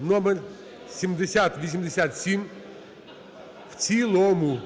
(№ 7087) в цілому.